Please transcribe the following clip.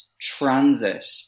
transit